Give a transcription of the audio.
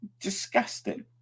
disgusting